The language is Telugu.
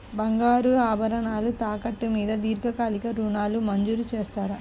బంగారు ఆభరణాలు తాకట్టు మీద దీర్ఘకాలిక ఋణాలు మంజూరు చేస్తారా?